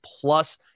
plus